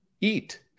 eat